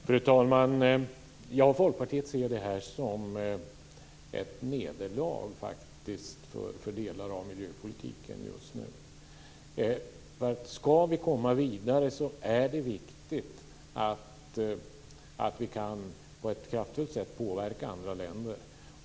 Fru talman! Jag och Folkpartiet ser det här faktiskt som ett nederlag för delar av miljöpolitiken just nu. Om vi ska komma vidare är det viktigt att vi på ett kraftfullt sätt kan påverka andra länder.